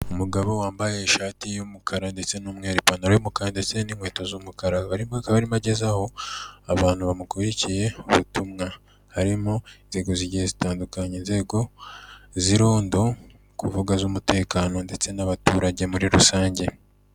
Umugabo wambaye ishati y'umukara ndetse n'umweru ipantaro y'umukara ndetse n'inkweto z'umukara, akaba arimo agezaho abantu bamukurikiye ubutumwa, harimo inzego zigiye zitandukanye inzego z'irondo kuvuga z'umutekano ndetse n'abaturage muri rusange.